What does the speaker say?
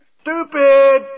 Stupid